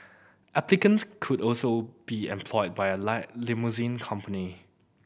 applicants could also be employed by a lie limousine company